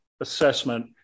assessment